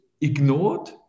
ignored